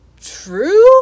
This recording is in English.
true